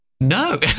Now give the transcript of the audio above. no